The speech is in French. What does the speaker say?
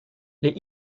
les